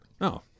no